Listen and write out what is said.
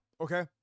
Okay